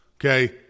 okay